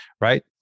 Right